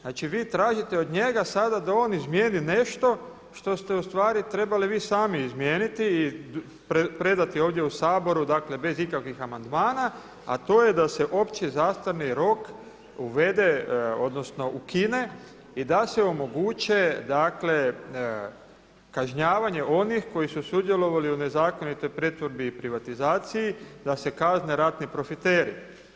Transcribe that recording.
Znači vi tražite od njega sada da on izmijeni nešto što ste ustvari trebali vi sami izmijeniti i predati ovdje u Saboru dakle bez ikakvih amandmana a to je da se opći zastarni rok uvede, odnosno ukine i da se omoguće dakle kažnjavanje onih koji su sudjelovali u nezakonitoj pretvorbi i privatizaciji, da se kazne ratni profiteri.